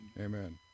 Amen